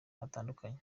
hatandukanye